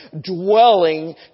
dwelling